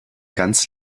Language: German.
ganz